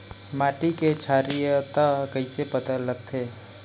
माटी के क्षारीयता कइसे पता लगथे?